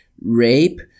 rape